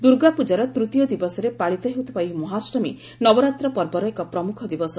ଦୁର୍ଗାପ୍ରଜାର ତୂତୀୟ ଦିବସରେ ପାଳିତ ହେଉଥିବା ଏହି ମହାଷ୍ଟମୀ ନବରାତ୍ର ପର୍ବର ଏକ ପ୍ରମୁଖ ଦିବସ